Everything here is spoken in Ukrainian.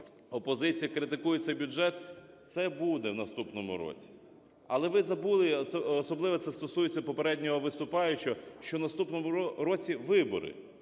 опозиція критикує цей бюджет, це буде в наступному році. Але ви забули, особливо це стосується попереднього виступаючого, що в наступному році вибори,